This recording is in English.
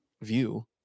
view